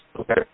okay